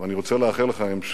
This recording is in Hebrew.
ואני רוצה לאחל לך המשך